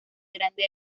grande